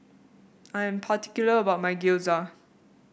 I am particular about my Gyoza